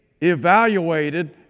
evaluated